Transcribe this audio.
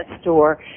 store